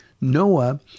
Noah